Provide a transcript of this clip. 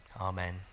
Amen